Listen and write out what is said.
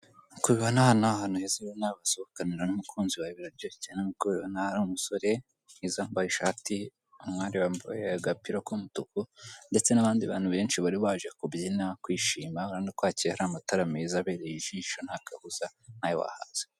Nk'uko ubibona aha ni ahantu heza ubona gusohokanira n'umukunzi wawe biraryoshye cyane nk'uko ubibona hari umusore mwiza wambaye ishati, umwari wambaye agapira k'umutuku, ndetse n'abandi bantu benshi bari baje kubyina kwishima, urabona ko hakeye hari amatara meza abereye ijisho ntakabuza nawe wahaza.